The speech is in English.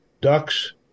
ducks